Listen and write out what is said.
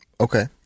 Okay